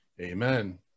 Amen